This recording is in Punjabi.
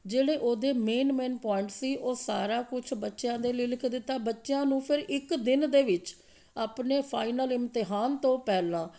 ਜਿਹੜੇ ਉਹਦੇ ਮੇਨ ਮੇਨ ਪੁਆਇੰਟ ਸੀ ਉਹ ਸਾਰਾ ਕੁਛ ਬੱਚਿਆਂ ਦੇ ਲਈ ਲਿਖ ਦਿੱਤਾ ਬੱਚਿਆਂ ਨੂੰ ਫਿਰ ਇੱਕ ਦਿਨ ਦੇ ਵਿੱਚ ਆਪਣੇ ਫਾਈਨਲ ਇਮਤਿਹਾਨ ਤੋਂ ਪਹਿਲਾਂ